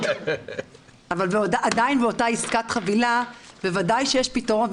אבל עדיין באותה עסקת חבילה בוודאי שיש פתרון,